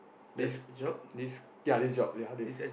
this k~ this ya this job how they f~